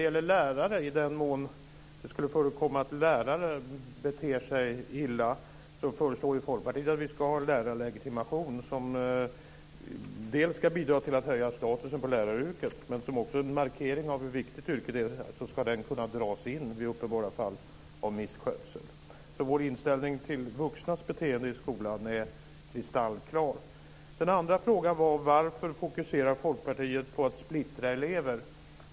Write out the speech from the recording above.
I den mån det förekommer att lärare beter sig illa föreslår Folkpartiet en lärarlegitimation som dels ska bidra till att höja statusen på läraryrket, dels är en markering av hur viktigt läraryrket är. Legitimationen ska kunna dras in vid uppenbara fall av misskötsel. Vår inställning till vuxnas beteende i skolan är alltså kristallklar. Den andra frågan var varför Folkpartiet fokuserar på att splittra elever.